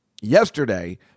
yesterday